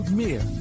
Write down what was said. meer